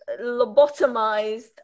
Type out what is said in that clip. lobotomized